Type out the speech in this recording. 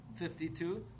52